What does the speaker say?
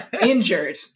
Injured